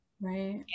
Right